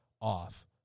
off